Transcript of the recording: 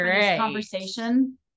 conversation